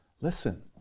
listen